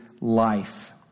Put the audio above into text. life